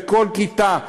וכל כיתה,